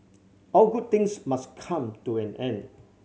all good things must come to an end